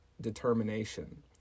determination